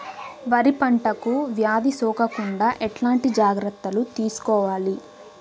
వరి పంటకు వ్యాధి సోకకుండా ఎట్లాంటి జాగ్రత్తలు తీసుకోవాలి?